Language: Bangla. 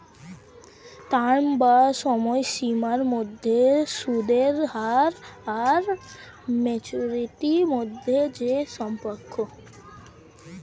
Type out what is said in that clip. টার্ম বা সময়সীমার মধ্যে সুদের হার আর ম্যাচুরিটি মধ্যে যে সম্পর্ক